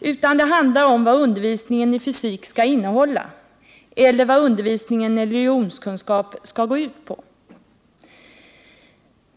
utan det handlar om vad undervisningen i fysik skall innehålla och vad undervisningen i religionskunskap skall gå ut på.